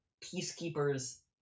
peacekeepers